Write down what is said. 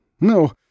No